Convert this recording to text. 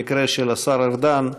במקרה של השר ארדן,